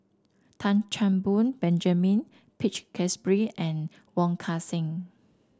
Tan Chan Boon Benjamin Peach Keasberry and Wong Kan Seng